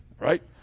right